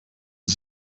sie